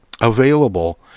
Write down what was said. available